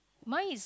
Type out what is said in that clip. mine is